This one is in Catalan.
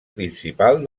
principal